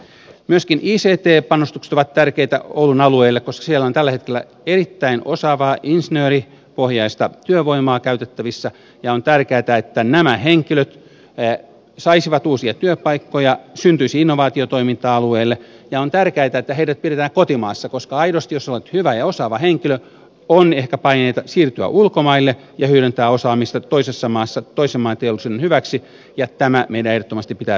myöskin ict panostukset ovat tärkeitä oulun alueelle koska siellä on tällä hetkellä erittäin osaavaa insinööripohjaista työvoimaa käytettävissä ja on tärkeätä että nämä henkilöt saisivat uusia työpaikkoja ja syntyisi innovaatiotoimintaa alueelle ja on tärkeätä että heidät pidetään kotimaassa koska aidosti jos olet hyvä ja osaava henkilö on ehkä paineita siirtyä ulkomaille ja hyödyntää osaamista toisessa maassa toisen maan teollisuuden hyväksi ja tämä meidän ehdottomasti pitää pyrkiä välttämään